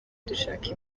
dushaka